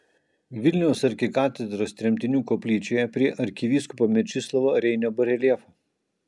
vilniaus arkikatedros tremtinių koplyčioje prie arkivyskupo mečislovo reinio bareljefo